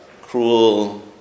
cruel